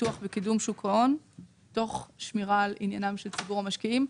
בפיתוח וקידום שוק ההון תוך שמירה על עניינם של ציבור המשקיעים.